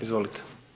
Izvolite.